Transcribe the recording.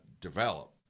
develop